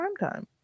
Primetime